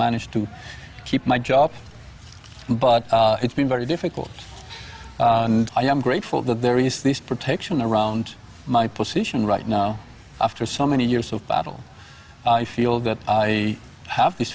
managed to keep my job but it's been very difficult and i am grateful that there is this protection around my position right now after so many years of battle i feel that i have this